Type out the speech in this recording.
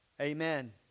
amen